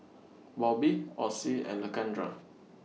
Bobbie Ossie and Lakendra